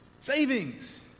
Savings